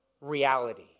reality